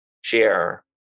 share